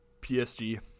psg